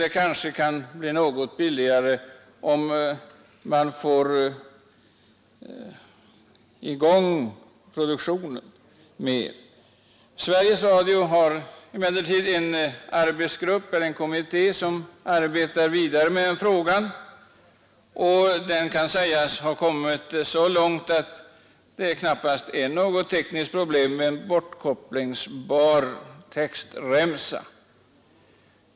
Det kanske kan bli något billigare om produktionen kommer i gång ordentligt. Sveriges Radio har en arbetsgrupp eller kommitté som arbetar vidare med den frågan, och där har man nu kommit så långt att det knappast längre är något tekniskt problem med en bortkopplingsbar textremsa.